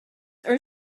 are